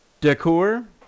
decor